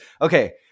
okay